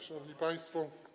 Szanowni Państwo!